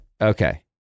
Okay